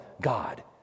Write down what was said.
God